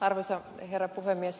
arvoisa herra puhemies